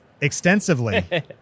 extensively